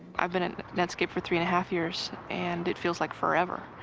i've been at netscape for three and a half years and it feels like forever.